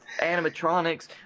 animatronics